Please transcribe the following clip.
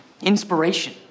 inspiration